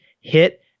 hit